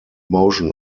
motion